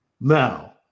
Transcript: Now